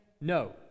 no